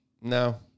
no